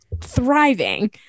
thriving